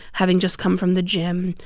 having just come from the gym,